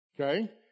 okay